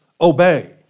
obey